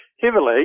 heavily